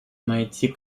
найти